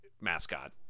mascot